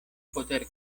poter